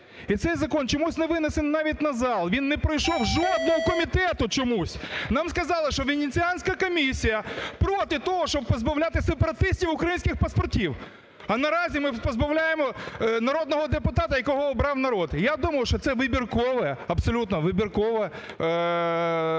І цей закон чомусь не винесений навіть на зал! Він не пройшов жодного комітету чомусь! Нам сказали, що Венеціанська комісія проти того, щоб позбавляти сепаратистів українських паспортів! А наразі ми позбавляємо народного депутата, якого обрав народ! Я думаю, що це вибіркове, абсолютно вибіркове,